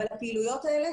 אבל הפעילויות האלה,